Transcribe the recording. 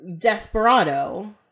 Desperado